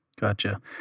Gotcha